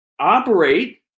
operate